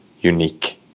unique